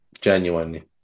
Genuinely